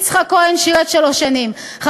יצחק כהן שירת שלוש שנים,